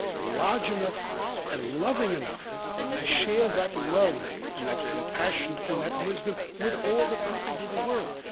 large enough and loving enough to share that love and that compassion and that wisdom with all the peoples of the world?